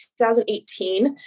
2018